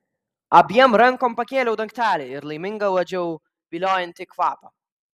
abiem rankom pakėliau dangtelį ir laiminga uodžiau viliojantį kvapą